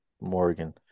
Morgan